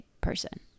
person